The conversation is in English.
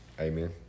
Amen